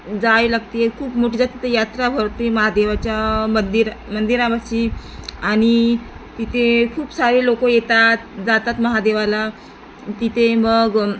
जाय लागते खूप मोठी जात तितं यात्रा भरते महादेवाच्या मंदिर मंदिरापाशी आणि तिथे खूप सारे लोक येतात जातात महादेवाला तिथे मग